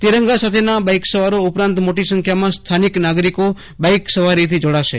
તિરંગા સાથેના બાઇકસવારો ઉપરાંત મોટી સંખ્યામાં સ્થાનિક નાગરિકો બાઇક સવારીથી જોડાશે